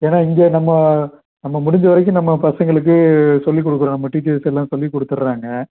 ஏன்னா இங்கே நம்ம நம்ம முடிஞ்ச வரைக்கும் நம்ம பசங்களுக்கு சொல்லிக் கொடுக்குறோம் நம்ம டீச்சர்ஸ் எல்லாம் சொல்லி கொடுத்துட்றாங்க